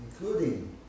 including